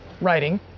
writing